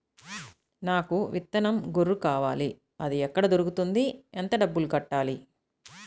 నాకు విత్తనం గొర్రు కావాలి? అది ఎక్కడ దొరుకుతుంది? ఎంత డబ్బులు కట్టాలి?